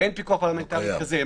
אין פיקוח פרלמנטרי כזה.